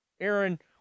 Aaron